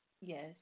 Yes